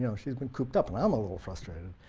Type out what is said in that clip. you know she's been cooped up, and i'm a little frustrated.